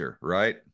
right